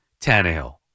Tannehill